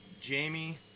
Jamie